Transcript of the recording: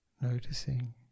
Noticing